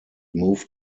moved